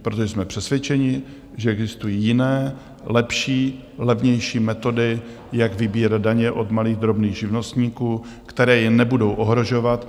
Protože jsme přesvědčeni, že existují jiné, lepší, levnější metody, jak vybírat daně od malých a drobných živnostníků, které je nebudou ohrožovat.